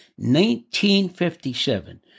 1957